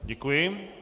Děkuji.